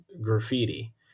graffiti